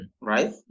Right